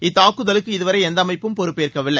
இந்த தாக்குதலுக்கு இதுவரை எந்தவொரு அமைப்பும் பொறுப்பேற்கவில்லை